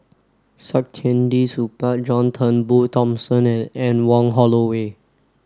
Saktiandi Supaat John Turnbull Thomson and Anne Wong Holloway